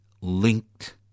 linked